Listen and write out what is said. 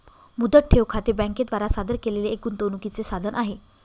मुदत ठेव खाते बँके द्वारा सादर केलेले एक गुंतवणूकीचे साधन आहे